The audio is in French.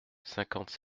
cinquante